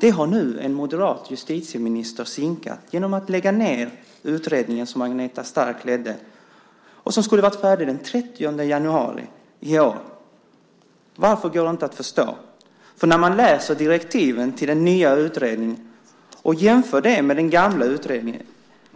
Detta har en moderat justitieminister sinkat genom att lägga ned utredningen som Agneta Stark ledde och som skulle ha varit färdig den 30 januari i år. Varför går inte att förstå. När jag jämför direktiven till den nya utredningen med dem till den gamla utredningen